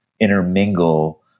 intermingle